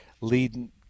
lead